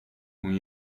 hon